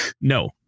No